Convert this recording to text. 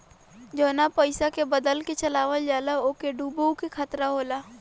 जवना पइसा के बदल के चलावल जाला ओके डूबे के खतरा होला